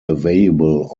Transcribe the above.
available